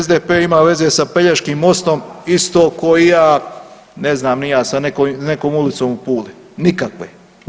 SDP ima veze sa Pelješkim mostom isto ko i ja ne znam ni ja sa nekom ulicom u Puli, nikakve.